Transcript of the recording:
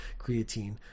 Creatine